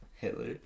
Hitler